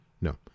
no